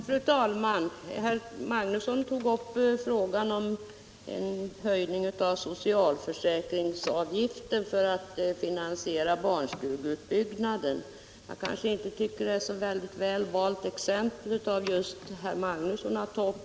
Fru talman! Herr Magnusson i Borås tog upp frågan om en höjning av socialförsäkringsavgiften för att finansiera barnstugeutbyggnaden. Jag tycker inte att det var ett väl valt exempel.